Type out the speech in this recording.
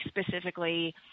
specifically